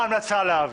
ההמלצה להעביר.